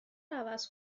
عوض